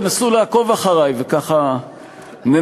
תנסו לעקוב אחרי וככה ננסה,